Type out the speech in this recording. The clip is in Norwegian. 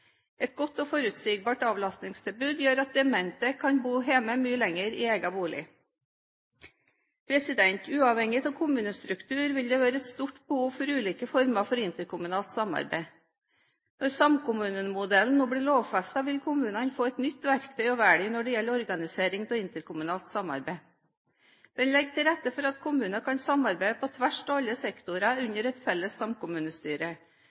Et godt og forutsigbart avlastningstilbud gjør at demente kan bo hjemme i egen bolig mye lenger. Uavhengig av kommunestruktur vil det være et stort behov for ulike former for interkommunalt samarbeid. Når samkommunemodellen nå blir lovfestet, vil kommunene få et nytt verktøy å velge når det gjelder organisering av interkommunalt samarbeid. Den legger til rette for at kommuner kan samarbeide på tvers av alle sektorer under et felles samkommunestyre,